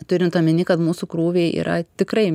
turint omeny kad mūsų krūviai yra tikrai